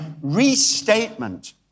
restatement